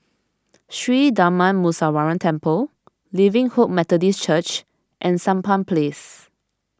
Sri Darma Muneeswaran Temple Living Hope Methodist Church and Sampan Place